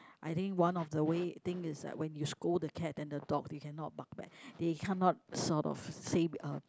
I think one of the way thing is like when you scold the cat and the dog they cannot bark back they cannot sort of say uh